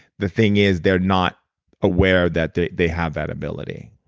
the thing is they're not aware that they they have that ability